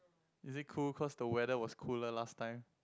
is it cool cause the weather was cooler last time